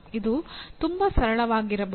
ಇದು ತುಂಬಾ ಸರಳವಾಗಿರಬಹುದು